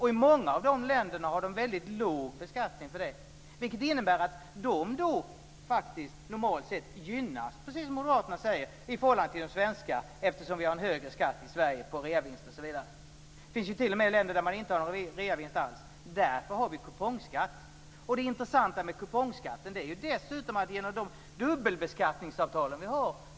I många av de länderna har man en väldigt låg beskattning för detta, vilket innebär att de faktiskt normalt sett gynnas, precis som moderaterna säger, i förhållande till de svenska. Vi har ju en högre skatt på reavinster i Sverige osv. Det finns t.o.m. länder där man inte har någon reavinstbeskattning alls. Därför har vi en kupongskatt. Det intressanta med kupongskatten är dessutom att detta avräknas genom de dubbelbeskattningsavtal som vi har.